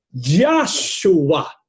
Joshua